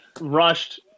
rushed